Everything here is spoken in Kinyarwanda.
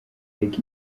reka